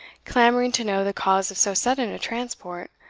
clamouring to know the cause of so sudden a transport,